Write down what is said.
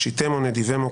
שיתמו נדיבימו,